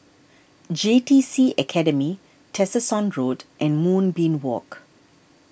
J T C Academy Tessensohn Road and Moonbeam Walk